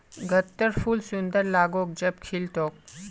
गत्त्रर फूल सुंदर लाग्तोक जब खिल तोक